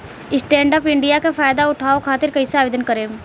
Stand up India के फाइदा उठाओ खातिर कईसे आवेदन करेम?